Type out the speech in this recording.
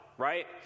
right